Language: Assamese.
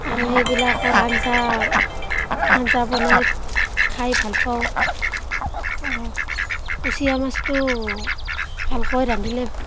আৰু সেইবিলাকৰ আঞ্জা আঞ্জা বনাই খাই ভাল পাওঁ কুচিয়া মাছটো ভালকৈ ৰান্ধিলে